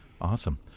Awesome